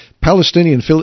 Palestinian